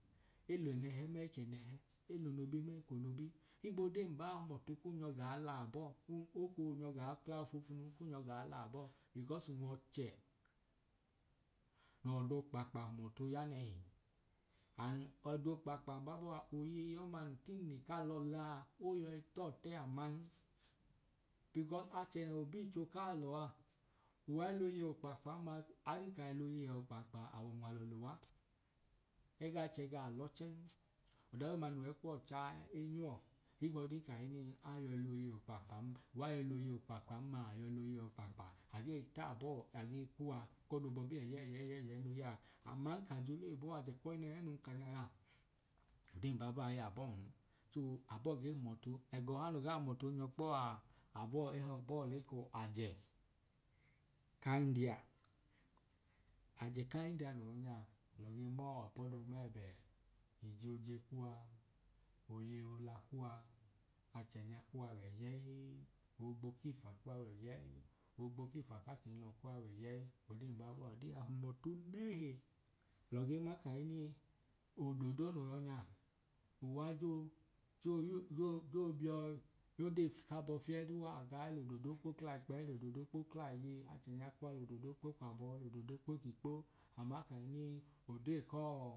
Elẹnẹhẹ ma e kẹ nẹhẹ, el’onobi ma ek’onobi. Higbo dee mbaa ohum ọtu kun nyọ gaa la abọọ hu oko oo nyọ gaa cla foofunun kun nyọ gaa la abọọ because n w’ọchẹ nọ do kpakpa hum ọtu ya nẹhi and ọdokpakpa mbabọọ a oyei ọma nun tine kalọ laa oyọi tọtẹ aman because achẹ no biicho kalọ aa uwai loyei okpakpan ma odin kai loyei okpakpa, aw’unwalu luwa, egaa chẹ gaa l’ọchen, ọdadoduma no w’ekuwọ chaa enyuwọ higb’ọdin kahinin a yọi loyei okpakpan ma, uwa yọi loyei okpakpan ma a yọi loyei okpakpa agee i tabọọ agee kuwa k’ọdobọbi ẹyẹyẹyẹyẹi no yaa aman ajọloibo aje kọi nehe nun ka nya odee mbabọa iy’abọọn so abọọ ge hum ọtu. Ẹgọha no gee hum ọtu onyọ kpọaa abọọ ehọọ lek’ajẹ ka india. Ajẹ ka india no họ nya nge mọọ ipọ do mẹbẹ, ije oje kuwa, oyei ola kuwa, achẹnya kuwa wẹ yẹi, oogbo k’ifa kuwa wẹ yẹyii, oogbo k’ifa k’achẹnyilo kuwa w’ẹyẹi. Odee mbaaboa w’odee no hum ọtu nẹhi, alọ gee ma ka hinii ododo no yọ nya uwa jọọ jọọ yu jọọ jọọ biọ y’odee k’abọ fieduu a, aga el’ododo kpo kla ikpẹyi l’ododo kpo kla iye. Achẹnya kuwa l’ododo kpo kw’abọ l’ododo kpo kw’ikpo ama kahinii ode koo